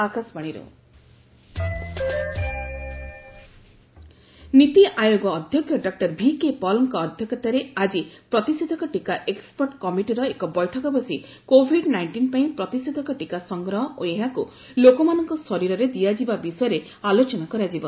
expert committee vaccine NITI Aayog ଅଧ୍ୟକ୍ଷ doctor V K ପଲ୍ଙ୍କ ଅଧ୍ୟକ୍ଷତାରେ ଆଜି ପ୍ରତିଷେଧକ ଟିକା ଏକ୍ଟପର୍ଟ କମିଟିର ଏକ ବୈଠକ ବସି କୋବିଡ୍ ନାଇଷ୍ଟିନ୍ ପାଇଁ ପ୍ରତିଷେଧକ ଟିକା ସଂଗ୍ରହ ଓ ଏହାକୁ ଲୋକମାନଙ୍କ ଶରୀରରେ ଦିଆଯିବା ବିଷୟରେ ଆଲୋଚନା କରାଯିବ